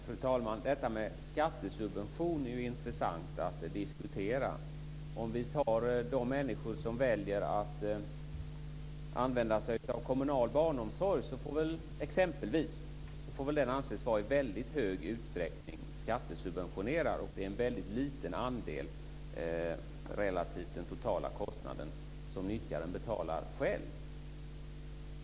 Fru talman! Frågan om skattesubvention är ju intressant att diskutera. Vi kan som exempel ta de människor som väljer att använda sig av kommunal barnomsorg. Den får väl i mycket hög utsträckning anses vara skattesubventionerad. Det är en väldigt liten andel relativt den totala kostnaden som nyttjaren betalar själv.